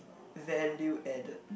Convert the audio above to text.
value added